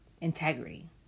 integrity